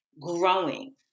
growing